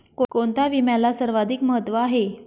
कोणता विम्याला सर्वाधिक महत्व आहे?